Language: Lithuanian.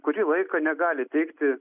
kurį laiką negali teikti